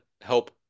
help